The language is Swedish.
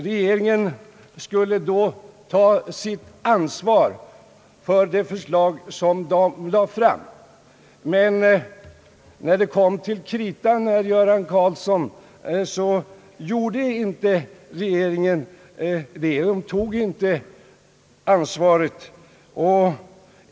Regeringen skulle då ta sitt ansvar för de förslag som framlades — men när det kom till kritan, herr Göran Karlsson, tog inte regeringen ansvaret.